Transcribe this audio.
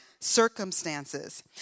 circumstances